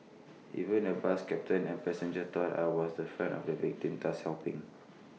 even the bus captain and passenger thought I was the friend of the victim thus helping